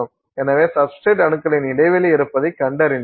எனவே சப்ஸ்டிரேட் அணுக்களின் இடைவெளி இருப்பதைக் கண்டறிந்தனர்